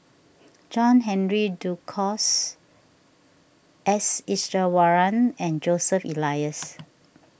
John Henry Duclos S Iswaran and Joseph Elias